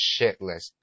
shitless